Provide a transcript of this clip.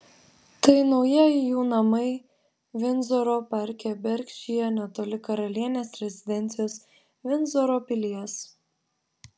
tai naujieji jų namai vindzoro parke berkšyre netoli karalienės rezidencijos vindzoro pilies